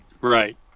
Right